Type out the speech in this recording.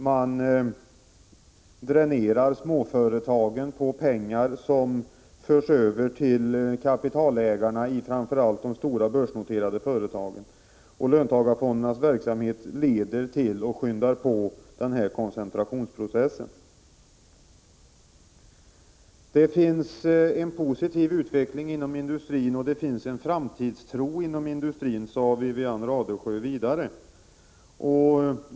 Man dränerar småföretagen på pengar som förs över till kapitalägarna i främst de stora börsnoterade företagen, och löntagarfondernas verksamhet leder till och skyndar på den här koncentrationsprocessen. Wivi-Anne Radesjö sade också att det sker en positiv utveckling inom industrin och att det där finns en framtidstro.